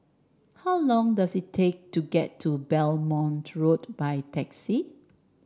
how long does it take to get to Belmont Road by taxi